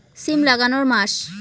সিম লাগানোর মাস?